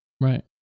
Right